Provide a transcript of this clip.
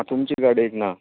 तुमचे गाडयेक ना